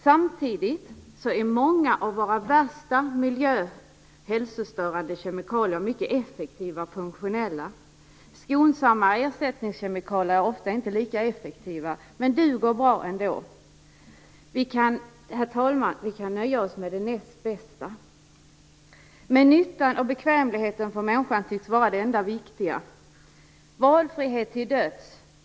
Samtidigt är många av våra värsta miljö och hälsostörande kemikalier mycket effektiva och funktionella. Skonsammare ersättningskemikalier är ofta inte lika effektiva men duger bra ändå. Herr talman! Vi kan nöja oss med det näst bästa! Men nyttan och bekvämligheten för människan tycks vara det enda viktiga. Valfrihet till döds!